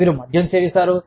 మీరు మద్యం సేవిస్తారు